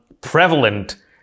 prevalent